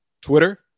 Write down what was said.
Twitter